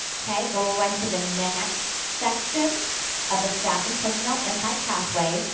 okay, go onto the next section of the staff and personnel impact pathway.